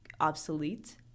obsolete